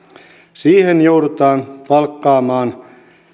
siihen joudutaan palkkaamaan